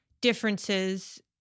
differences